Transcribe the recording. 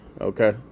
okay